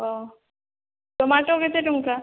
ଓ tomato କେତେ ଟଙ୍କା